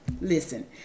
Listen